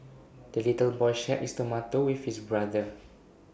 the little boy shared his tomato with his brother